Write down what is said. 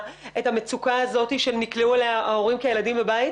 המצוקה הזאת שנקלעו אליה ההורים כילדים בבית.